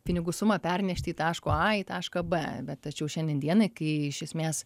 pinigų sumą pernešti į taško a į tašką b bet tačiau šiandien dienai kai iš esmės